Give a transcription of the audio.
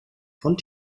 von